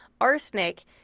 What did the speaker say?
arsenic